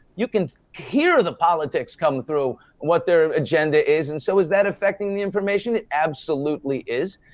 you can hear the politics come through what their agenda is. and so, is that affecting the information? it absolutely is.